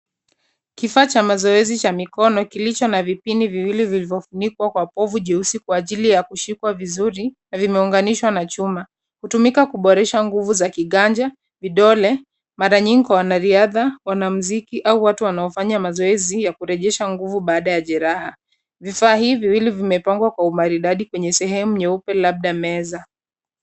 Kifaa cha mazoezi ya mikono kilicho na vipini viwili vilivyofunikwa na povu jeusi kwa ajili ya kushikwa vizuri na vimeunganishwa na chuma. Kutumika kuboresha nguvu za kiganja, vidole, mara nyingi kwa wanariadha, wanamuziki au watu wanaofanya mazoezi ya kurejesha nguvu baada ya jeraha. Vifaa hivi viwili vimepangwa kwa umaridadi kwenye sehemu nyeupe labda meza.